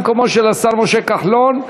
במקומו של השר משה כחלון,